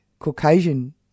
Caucasian